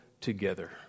together